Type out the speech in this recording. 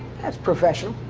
that's professional.